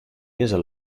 dizze